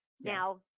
Now